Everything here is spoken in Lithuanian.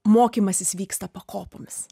mokymasis vyksta pakopomis